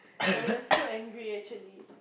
ya we're so angry actually